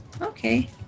Okay